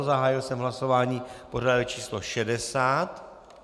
Zahájil jsem hlasování pořadové číslo 60.